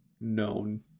known